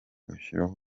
agashyiramo